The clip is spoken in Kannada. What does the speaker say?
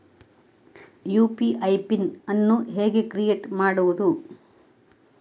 ಯು.ಪಿ.ಐ ಪಿನ್ ಅನ್ನು ಹೇಗೆ ಕ್ರಿಯೇಟ್ ಮಾಡುದು?